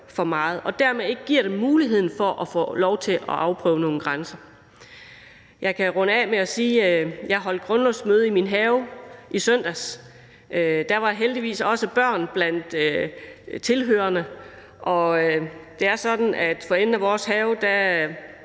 for meget og dermed ikke giver dem muligheden for at få lov til at afprøve nogle grænser. Jeg kan slutte af med at sige, at jeg holdt grundlovsmøde i min have i søndags. Der var heldigvis også børn blandt tilhørerne. Og det er sådan, at for enden af vores have